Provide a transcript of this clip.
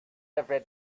every